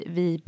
vi